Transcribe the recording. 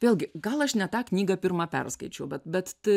vėlgi gal aš ne tą knygą pirmą perskaičiau bet bet